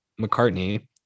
McCartney